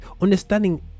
understanding